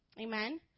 Amen